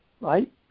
right